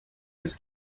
his